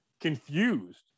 confused